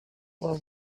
what